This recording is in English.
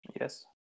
Yes